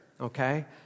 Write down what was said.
okay